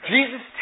Jesus